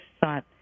thought